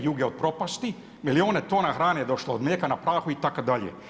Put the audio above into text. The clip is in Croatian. Jugu od propasti, milijune tona hrane je došlo od mlijeka u prahu itd.